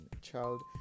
child